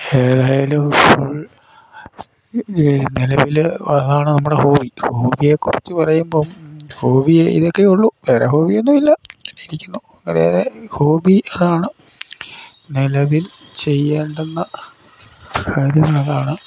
ഏതായാലും ഫുൾ നിലവിൽ അതാണ് നമ്മുടെ ഹോബി ഹോബിയെക്കുറിച്ച് പറയുമ്പം ഹോബി ഇതൊക്കെയുള്ളു വേറെ ഹോബിയൊന്നുല്ല ഇങ്ങനിരിക്കുന്നു അതെത് ഹോബി അതാണ് നിലവിൽ ചെയ്യേണ്ടുന്ന കാര്യങ്ങളതാണ്